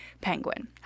penguin